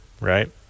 right